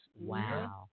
Wow